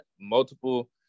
multiple